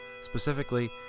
Specifically